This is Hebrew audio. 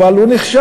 אבל הוא נכשל,